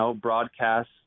broadcast